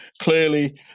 clearly